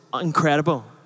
incredible